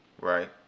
Right